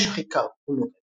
החודש הכי קר הוא נובמבר.